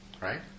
right